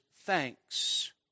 thanks